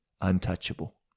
untouchable